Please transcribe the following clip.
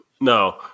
No